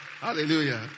Hallelujah